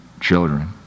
children